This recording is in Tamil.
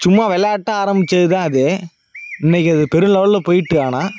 சும்மா விளாட்டா ஆரம்பித்ததுதான் அது இன்றைக்கி அது பெரிலெவல்ல போயிட்டு ஆனால்